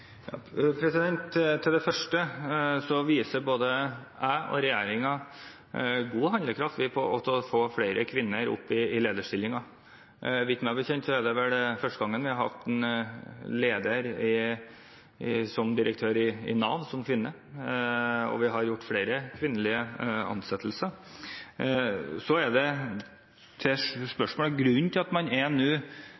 Til det første: Både jeg og regjeringen viser god handlekraft for å få flere kvinner i lederstillinger. Meg bekjent er det vel første gang vi har hatt en kvinne som leder og direktør i Nav, og vi har gjort flere ansettelser av kvinner. Så til spørsmålet: Grunnen til at det er